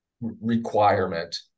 requirement